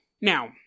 Now